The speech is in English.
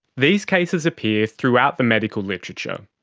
these cases appear throughout the medical literature.